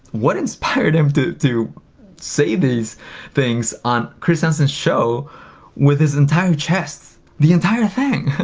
what inspired him to say these things on chris hansen's show with his entire chest? the entire thing.